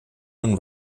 and